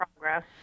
progress